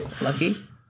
Lucky